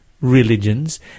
religions